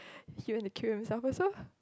he went to kill himself also